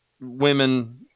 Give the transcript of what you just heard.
women